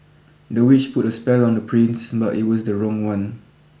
the witch put a spell on the prince but it was the wrong one